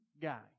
guy